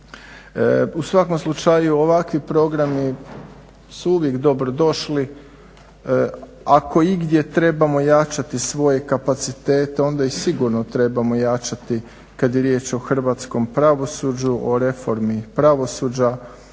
U svakom slučaju ovakvi programi su uvijek dobrodošli. Ako igdje trebamo jačati svoje kapacitete onda ih sigurno trebamo jačati kad je riječ o hrvatskom pravosuđu, o reformi pravosuđa,